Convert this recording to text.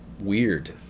weird